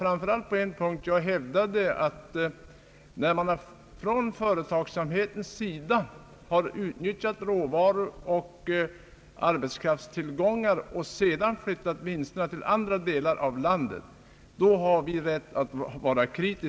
Framför allt har vi rätt att vara kritiska när företagsamheten utnyttjat råvaror och arbetskraftstillgångar och sedan flyttat vinsterna till andra delar av landet.